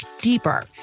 deeper